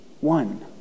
one